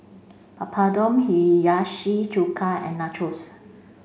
Papadum Hiyashi Chuka and Nachos